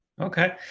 okay